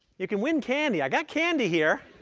you can win candy. i've got candy here.